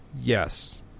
Yes